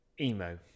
emo